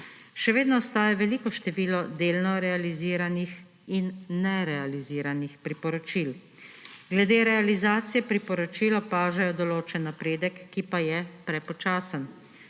Še vedno ostaja veliko število delno realiziranih in nerealiziranih priporočil. Glede realizacije priporočil opažajo določen napredek, ki pa je prepočasen.